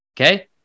okay